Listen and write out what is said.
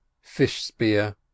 Fish-spear